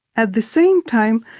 at the same time,